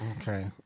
Okay